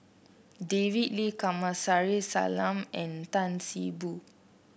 David Lee Kamsari Salam and Tan See Boo